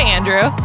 Andrew